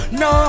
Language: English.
no